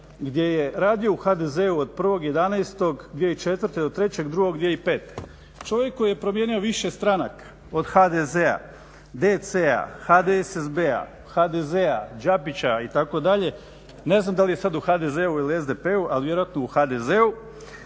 gdje je radio u HDZ-u od 1.11.2004. do 3.2.2005., čovjek koji je promijenio više stranaka od HDZ-a, DC-a, HDSSB-a, HDZ-a, Đapića itd. ne znam da li je sada u HDZ-u ili u SDP-u ali vjerojatno u HDZ-u.